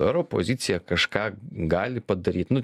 ar opozicija kažką gali padaryt nu